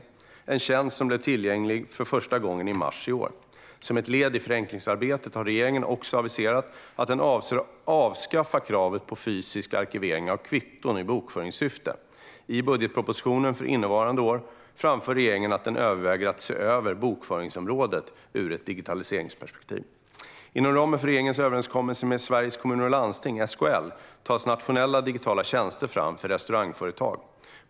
Det är en tjänst som blev tillgänglig för första gången i mars i år. Som ett led i förenklingsarbetet har regeringen också aviserat att vi avser att avskaffa kravet på fysisk arkivering av kvitton i bokföringssyfte. I budgetpropositionen för innevarande år framför regeringen att vi överväger att se över bokföringsområdet ur ett digitaliseringsperspektiv. Inom ramen för regeringens överenskommelse med Sveriges Kommuner och Landsting, SKL, tas nationella digitala tjänster fram för restaurangföretag.